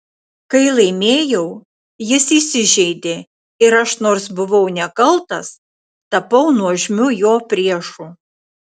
kai laimėjau jis įsižeidė ir aš nors buvau nekaltas tapau nuožmiu jo priešu